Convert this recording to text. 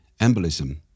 embolism